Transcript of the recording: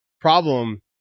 problem